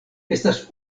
estas